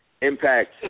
impact